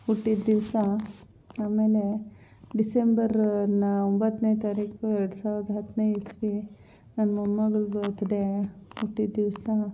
ಹುಟ್ಟಿದ ದಿವಸ ಆಮೇಲೆ ಡಿಸೆಂಬರ್ ನ ಒಂಬತ್ತನೇ ತಾರೀಕು ಎರಡು ಸಾವಿರದ ಹತ್ತನೇ ಇಸವಿ ನನ್ನ ಮೊಮ್ಮಗಳ ಬರ್ತ್ಡೇ ಹುಟ್ಟಿದ ದಿವಸ